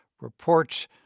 reports